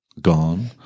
gone